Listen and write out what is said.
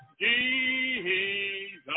Jesus